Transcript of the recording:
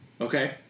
Okay